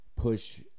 Push